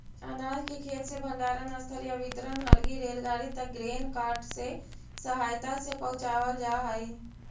अनाज के खेत से भण्डारणस्थल या वितरण हलगी रेलगाड़ी तक ग्रेन कार्ट के सहायता से पहुँचावल जा हई